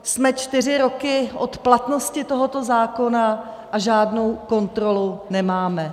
Jsme čtyři roky od platnosti tohoto zákona a žádnou kontrolu nemáme.